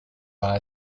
war